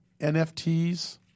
NFTs